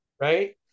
right